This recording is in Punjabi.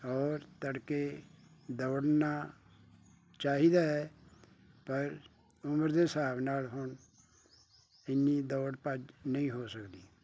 ਔਰ ਤੜਕੇ ਦੌੜਨਾ ਚਾਹੀਦਾ ਹੈ ਪਰ ਉਮਰ ਦੇ ਹਿਸਾਬ ਨਾਲ ਹੁਣ ਐਨੀ ਦੌੜ ਭੱਜ ਨਹੀਂ ਹੋ ਸਕਦੀ